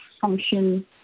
function